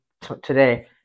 today